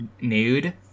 nude